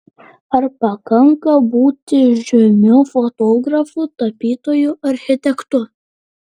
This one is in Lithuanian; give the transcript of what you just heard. ar pakanka būti žymiu fotografu tapytoju architektu